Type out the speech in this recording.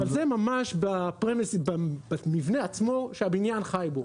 אז זה ממש ב --- המבנה עצמו שהבניין חי בו.